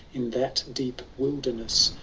in that deep wildemesi,